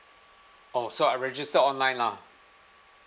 oh so I register online lah